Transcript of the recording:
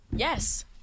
Yes